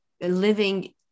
living